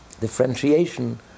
differentiation